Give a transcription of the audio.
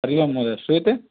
हरि ओम् महोदय श्रूयते